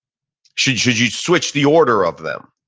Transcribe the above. should should you switch the order of them?